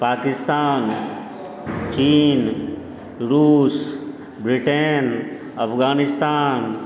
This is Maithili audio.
पाकिस्तान चीन रुस ब्रिटेन अफगानिस्तान